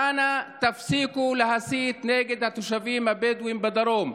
ואנא, תפסיקו להסית נגד התושבים הבדואים בדרום.